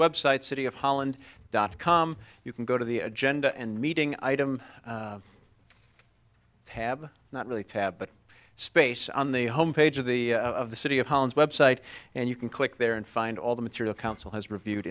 website city of holland dot com you can go to the agenda and meeting item tab not really tab but space on the home page of the city of holland's website and you can click there and find all the material council has reviewed